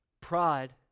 Pride